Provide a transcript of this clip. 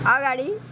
अगाडि